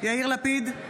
יאיר לפיד,